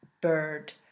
bird